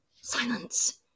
Silence